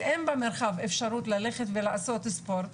שאין במרחב אפשרות ללכת ולעשות ספורט,